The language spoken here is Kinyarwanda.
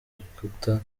urukuta